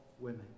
women